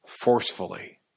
forcefully